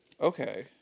Okay